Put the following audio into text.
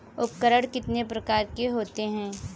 उपकरण कितने प्रकार के होते हैं?